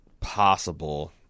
Possible